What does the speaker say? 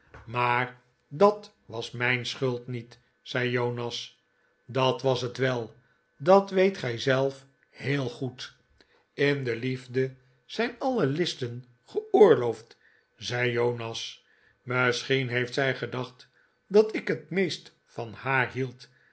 maar dat was mijn schuld niet zei jonas dat was het wel dauweet gij zelf heel goed m in de liefde zijn alle listen geoorloofd zei jonas misschien heeft zij gedacht dat ik het meest van haar hield